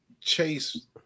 chase